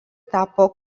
tapo